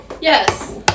Yes